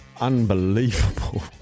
Unbelievable